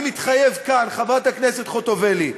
אני מתחייב כאן, חברת הכנסת חוטובלי,